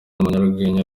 umunyarwenya